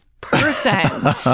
person